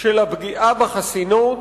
של הפגיעה בחסינות,